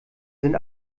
sind